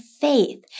faith